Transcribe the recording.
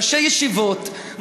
ראשי ישיבות,